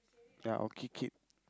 ya or kick it